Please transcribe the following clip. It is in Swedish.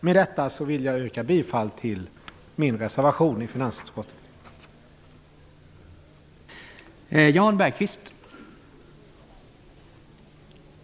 Med detta yrkar jag bifall till min reservation i finansutskottets betänkande.